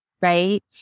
right